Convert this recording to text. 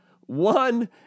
one